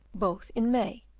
both in may,